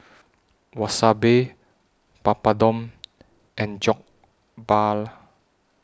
Wasabi Papadum and Jokbal